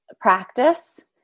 practice